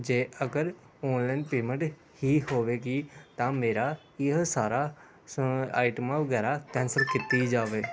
ਜੇ ਅਗਰ online payment ਹੀ ਹੋਵੇਗੀ ਤਾਂ ਮੇਰਾ ਇਹ ਸਾਰਾ ਸ ਆਈਟਮਾਂ ਵਗੈਰਾ ਕੈਂਸਲ ਕੀਤੀ ਜਾਵੇ